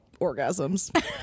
orgasms